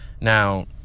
Now